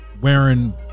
wearing